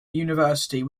university